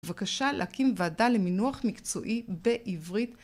בבקשה להקים ועדה למינוח מקצועי בעברית.